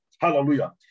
Hallelujah